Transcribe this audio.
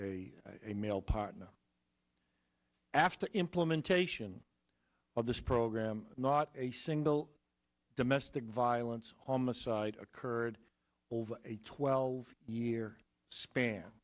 a male partner after implementation of this program not a single domestic violence homicide occurred over a twelve year span